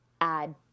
add